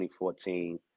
2014